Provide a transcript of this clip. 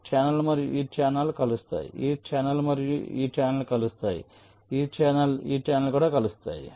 ఈ ఛానెల్ మరియు ఈ ఛానెల్ కలుస్తాయి ఈ ఛానెల్ మరియు ఈ ఛానెల్ కలుస్తాయి ఈ ఛానెల్ ఈ ఛానెల్ కూడా కలుస్తాయి